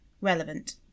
relevant